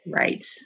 right